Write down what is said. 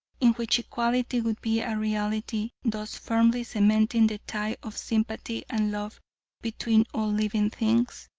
in which equality would be a reality, thus firmly cementing the tie of sympathy and love between all living things.